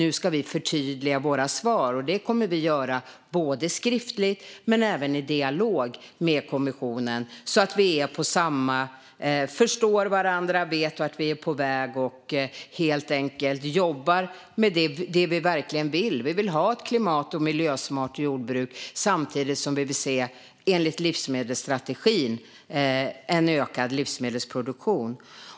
Nu ska vi förtydliga våra svar både skriftligt och i dialog med kommissionen så att vi förstår varandra, vet vart vi är på väg och helt enkelt jobbar med det vi verkligen vill: Vi vill ha ett klimat och miljösmart jordbruk samtidigt som vi enligt livsmedelsstrategin vill se en ökad livsmedelsproduktion.